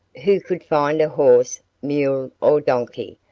who could find a horse, mule or donkey,